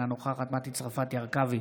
אינה נוכחת מטי צרפתי הרכבי,